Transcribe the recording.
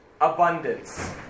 Abundance